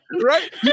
Right